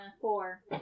Four